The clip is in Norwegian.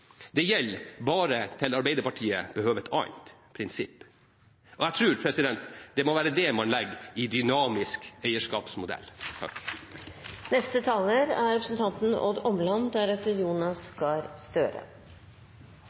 prinsipp gjelder bare til Arbeiderpartiet behøver et annet prinsipp. Jeg tror det må være det man legger i «dynamisk eierskapsmodell».